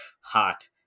hot